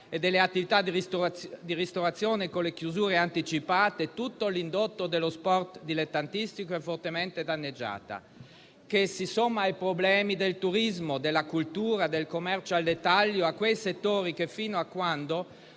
bar, attività di ristorazione con le chiusure anticipate, e a tutto l'indotto dello sport dilettantistico, è fortemente danneggiata. A ciò si sommano i problemi del turismo, della cultura, del commercio al dettaglio: quei settori che, fino a quando